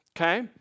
okay